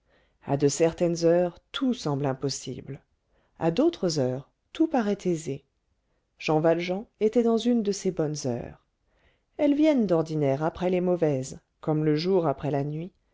à de certaines heures tout semble impossible à d'autres heures tout paraît aisé jean valjean était dans une de ces bonnes heures elles viennent d'ordinaire après les mauvaises comme le jour après la nuit